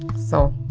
so